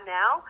now